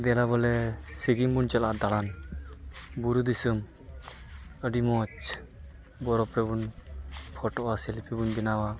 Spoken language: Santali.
ᱫᱮᱞᱟ ᱵᱚᱞᱮ ᱥᱤᱠᱤᱢ ᱵᱚᱱ ᱪᱟᱞᱟᱜᱼᱟ ᱫᱟᱲᱟᱱ ᱵᱩᱨᱩ ᱫᱤᱥᱟᱹᱢ ᱟᱹᱰᱤ ᱢᱚᱡᱽ ᱵᱚᱨᱚᱯᱷ ᱨᱮᱵᱚᱱ ᱯᱷᱚᱴᱚᱜᱼᱟ ᱥᱮᱞᱯᱤ ᱵᱚᱱ ᱵᱮᱱᱟᱣᱟ